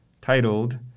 titled